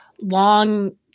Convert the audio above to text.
long-